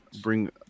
bring